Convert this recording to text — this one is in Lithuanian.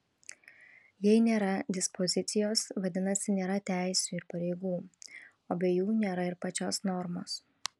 jei nėra dispozicijos vadinasi nėra teisių ir pareigų o be jų nėra ir pačios normos